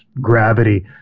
gravity